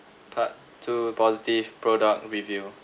part two positive product review